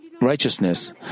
righteousness